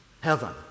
heaven